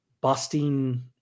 busting